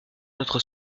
notre